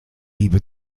liebe